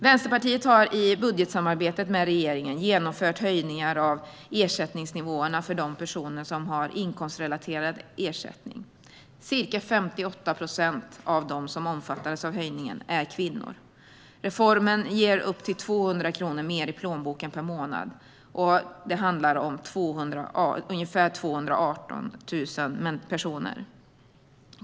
Vänsterpartiet har i budgetsamarbetet med regeringen genomfört höjningar av ersättningsnivåerna för de personer som har inkomstrelaterad ersättning. Ca 58 procent av dem som omfattas av höjningen är kvinnor. Reformen ger upp till 200 kronor mer i plånboken per månad och omfattar ungefär 218 000 personer.